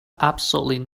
absolutely